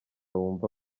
wumva